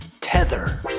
Tether